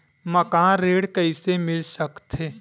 मकान ऋण कइसे मिल सकथे?